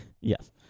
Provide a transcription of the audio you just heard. Yes